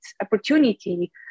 opportunity